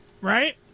right